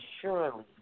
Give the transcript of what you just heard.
surely